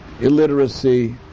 illiteracy